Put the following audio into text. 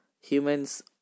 Humans